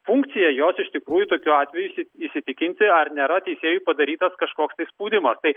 funkcija jos iš tikrųjų tokiu atveju įsitikinti ar nėra teisėjui padarytas kažkoks tai spaudimas tai